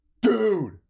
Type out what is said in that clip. Dude